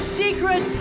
secret